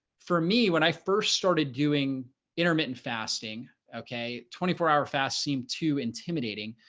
for me when i first started doing intermittent fasting, okay twenty four hour fast seemed too intimidating.